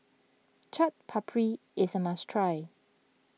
Chaat Papri is a must try